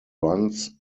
runs